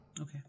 Okay